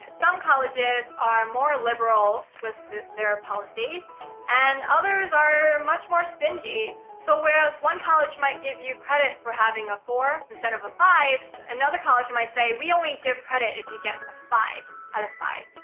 some colleges are more liberal with their policies and others are much more stingy. so whereas one college might give you credit for having a four instead of a five, another college might say we only give credit if you get a five five.